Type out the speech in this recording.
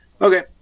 Okay